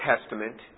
Testament